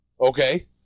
Okay